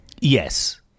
Yes